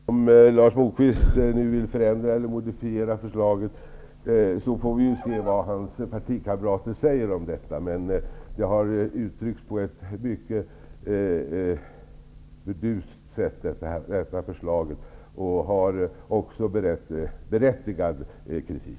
Herr talman! Förslaget har uppfattats på det sätt som jag angav. Om Lars Moquist nu vill förändra eller modifiera förslaget får vi se vad hans partikamrater säger om detta. Det här förslaget har uttryckts på ett mycket burdust sätt. Det har också fått berättigad kritik.